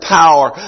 power